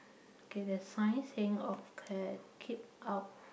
okay there's five thing occured keep out